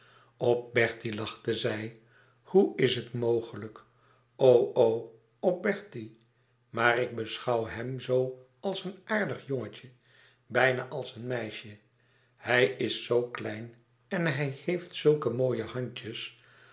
op bertie lachte zij hoe is het mogelijk o o op bertie maar ik beschouw hem zoo als een aardig jongetje bijna als een meisje hij is zoo klein en hij heeft zulke mooie handjes